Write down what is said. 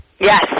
Yes